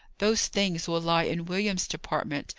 those things will lie in william's department,